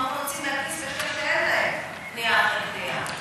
הוא אמור להוציא מהכיס כסף שאין לו קנייה אחרי קנייה.